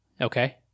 Okay